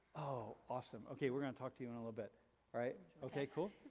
oh awesome. okay. we're gonna talk to you in a little bit alright? okay, cool.